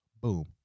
Boom